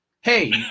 Hey